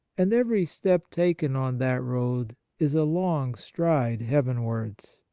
and every step taken on that road is a long stride heavenwards.